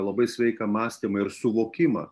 labai sveiką mąstymą ir suvokimą